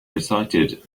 recited